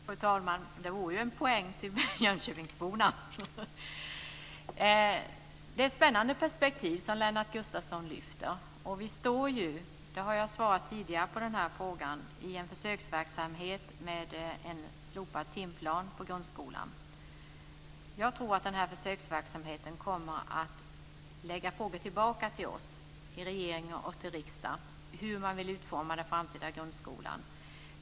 Fru talman! Det vore ju en poäng till jönköpingsborna. Det är ett spännande perspektiv som Lennart Gustavsson lyfter fram. Och vi har ju, det har jag tidigare svarat på denna fråga, en försöksverksamhet med en slopad timplan i grundskolan. Jag tror att denna försöksverksamhet kommer att ge upphov till frågor till oss i regeringen och till riksdagen om hur man vill utforma den framtida grundskolan.